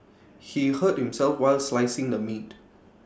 he hurt himself while slicing the meat